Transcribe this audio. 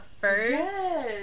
first